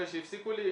אחרי שהפסיקו לי,